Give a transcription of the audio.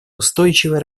устойчивое